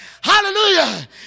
Hallelujah